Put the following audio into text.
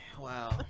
Wow